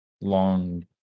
long